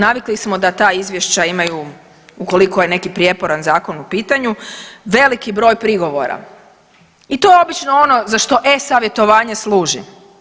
Navikli smo da ta izvješća imaju ukoliko je neki prijeporan zakon u pitanju veliki broj prigovora i to je obično ono za što e-savjetovanje služi.